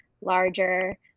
larger